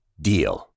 DEAL